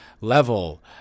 level